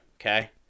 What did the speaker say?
okay